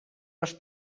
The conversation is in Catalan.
les